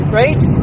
right